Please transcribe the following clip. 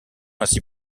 ainsi